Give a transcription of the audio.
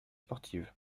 sportive